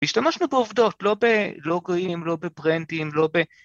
‫השתמשנו בעובדות, ‫לא בלוגרים, לא בפרנטים, לא ב...